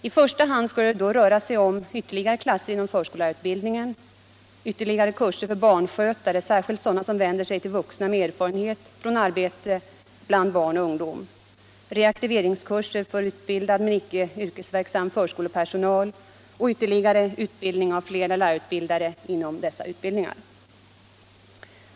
I första hand skulle det röra sig om ytterligare klasser inom förskollärarutbildningen, ytterligare kurser för barnskötare, särskilt sådana kurser som vänder sig till vuxna med erfarenhet från arbete bland barn och ungdom, vidare reaktiveringskurser för utbildad men icke yrkesverksam förskolepersonal samt ytterligare utbildning av fler lärarutbildare inom dessa utbildningar.